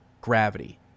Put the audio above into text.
gravity